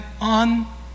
on